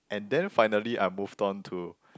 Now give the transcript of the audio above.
and then finally I moved on to